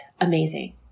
amazing